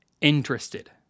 interested